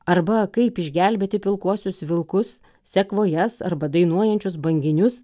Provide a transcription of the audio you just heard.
arba kaip išgelbėti pilkuosius vilkus sekvojas arba dainuojančius banginius